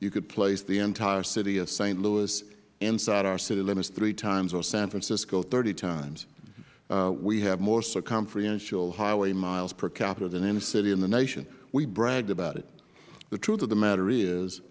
you could place the entire city of saint louis inside our city limits three times or san francisco thirty times we have more circumferential highway miles per capita than any city in the nation we bragged about it the truth of the matter is